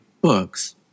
books